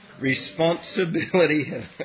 Responsibility